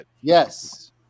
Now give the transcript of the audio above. Yes